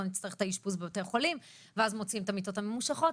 נצטרך את האשפוז בבתי החולים' ואז מוציאים את המיטות הממושכות.